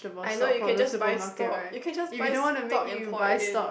I know you can just buy stock you can just buy stock and pour it in